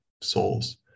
souls